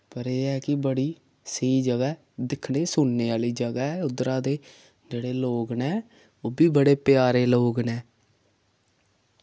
पर एह् ऐ कि बड़ी स्हेई जगह् ऐ दिक्खने सुनने आह्ली जगह् ऐ उद्धरा दे जेह्ड़े लोक नै ओह् बी बड़े प्यारे लोक न